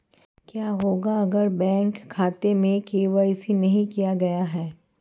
क्या होगा अगर बैंक खाते में के.वाई.सी नहीं किया गया है?